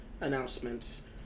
announcements